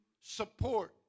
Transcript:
support